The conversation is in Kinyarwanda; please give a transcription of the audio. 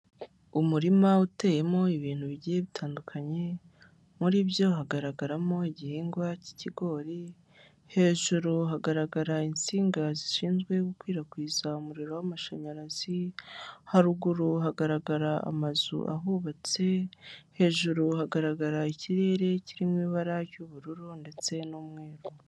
Umurima uteyemo ibintu bigiye bitandukanye, muri byo hagaragaramo igihingwa cy'ikigori, hejuru hagaragara insinga zishinzwe gukwirakwiza umuriro w'amashanyarazi, haruguru hagaragara amazu ahubatse, hejuru hagaragara ikirere kirimo ibara ry'ubururu ndetse n'umweru.